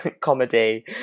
comedy